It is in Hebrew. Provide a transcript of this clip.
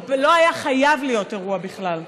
הוא לא היה חייב להיות אירוע בכלל.